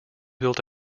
built